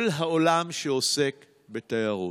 כל העולם שעוסק בתיירות.